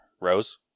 Rose